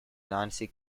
nancy